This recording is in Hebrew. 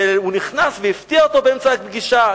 והוא נכנס והפתיע אותו באמצע הפגישה.